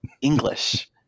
English